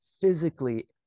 physically